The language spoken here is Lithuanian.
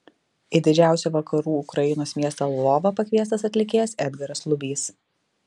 į didžiausią vakarų ukrainos miestą lvovą pakviestas atlikėjas edgaras lubys